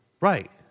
Right